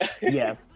Yes